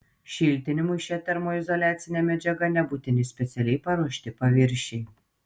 šiltinimui šia termoizoliacine medžiaga nebūtini specialiai paruošti paviršiai